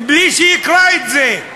בלי שיקרא את זה.